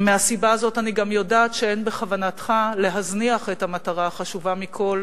ומהסיבה הזאת אני גם יודעת שאין בכוונתך להזניח את המטרה החשובה מכול,